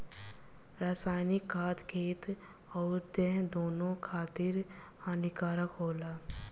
रासायनिक खाद खेत अउरी देह दूनो खातिर हानिकारक होला